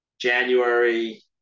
January